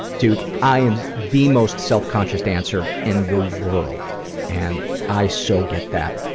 dude i am the most self-conscious dancer in the world and i so get that.